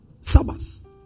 Sabbath